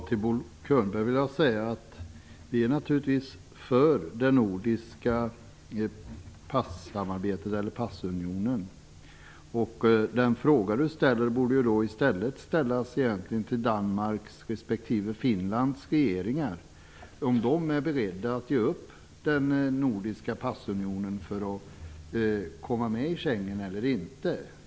Herr talman! Vänsterpartiet är naturligtvis för det nordiska passamarbetet eller passunionen, Bo Könberg. Den fråga som Bo Könberg ställde borde egentligen ställas till Danmarks respektive Finlands regeringar. Är de beredda att ge upp den nordiska passunionen för att komma med i Schengen eller inte?